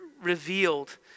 revealed